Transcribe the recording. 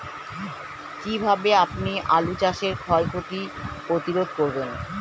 কীভাবে আপনি আলু চাষের ক্ষয় ক্ষতি প্রতিরোধ করেন?